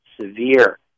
severe